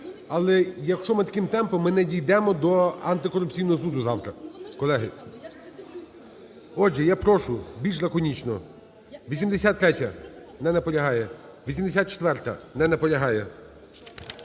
але, якщо ми таким темпом, ми не дійдемо до Антикорупційного суду завтра, колеги. Отже, я прошу більш лаконічно. 83-я. Не наполягає. 84-а. Не наполягає.